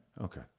Okay